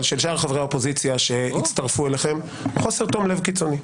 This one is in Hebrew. אבל גם של שאר חברי האופוזיציה שהצטרפו אליכם חוסר תום לב קיצוני.